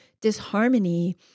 disharmony